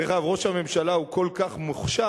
דרך אגב, ראש הממשלה הוא כל כך מוכשר,